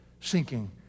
sinking